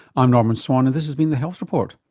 i'm norman swan and this has been the health report.